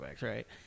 right